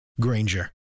Granger